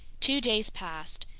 two days passed.